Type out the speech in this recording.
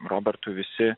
robertu visi